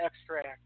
extract